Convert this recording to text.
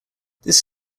this